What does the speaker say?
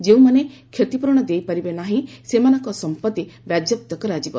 ଯେଉଁମାନେ କ୍ଷତିପୂରଣ ଦେଇପାରିବେ ନାହିଁ ସେମାନଙ୍କ ସମ୍ପଭି ବାଜ୍ୟାପ୍ତ କରାଯିବ